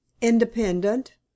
INDEPENDENT